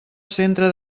centre